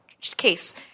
case